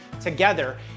together